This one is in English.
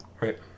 Right